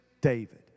David